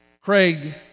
Craig